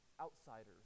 outsiders